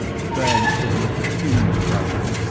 thanks for your opinion, captain.